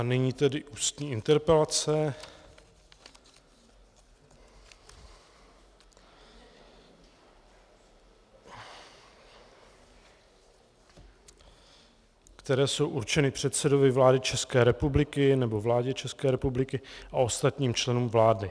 Nyní tedy ústní interpelace, které jsou určeny předsedovi vlády České republiky nebo vládě České republiky a ostatním členům vlády.